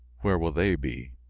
where will they be?